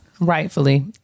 Rightfully